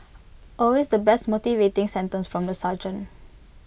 always the best motivating sentence from the sergeant